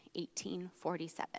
1847